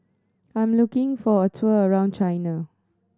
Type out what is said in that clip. I'm looking for a tour around China